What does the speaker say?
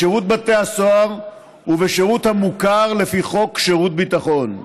בשירות בתי הסוהר ובשירות המוכר לפי חוק שירות ביטחון.